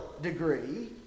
degree